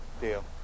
Deal